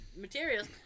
materials